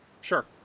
Sure